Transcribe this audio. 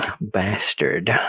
bastard